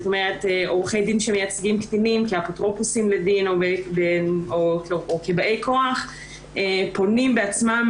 עורכי דין שמייצגים קטינים כאפוטרופוסים לדין או כבאי כוח פונים בעצמם